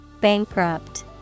Bankrupt